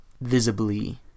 visibly